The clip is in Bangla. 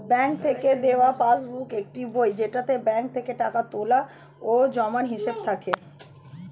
ব্যাঙ্ক থেকে দেওয়া পাসবুক একটি বই যেটাতে ব্যাঙ্ক থেকে টাকা তোলা বা জমার হিসাব থাকে